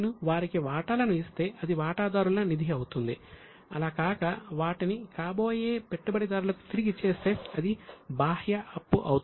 నేను వారికి వాటాలను ఇస్తే అది వాటాదారుల నిధి అవుతుంది అలా కాక వాటిని కాబోయే పెట్టుబడిదారులకు తిరిగి ఇచ్చేస్తే అది బాహ్య అప్పు అవుతుంది